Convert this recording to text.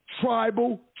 tribal